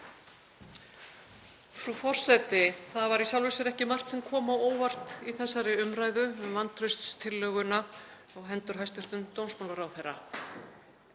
Frú forseti. Það var í sjálfu sér ekki margt sem kom á óvart í þessari umræðu um vantrauststillöguna á hendur hæstv. dómsmálaráðherra